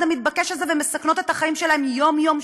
המתבקש הזה ומסכנות את החיים שלהן יום-יום,